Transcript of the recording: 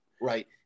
Right